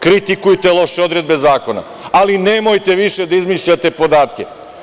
Kritikujte loše odredbe zakona, ali nemojte više da izmišljate podatke.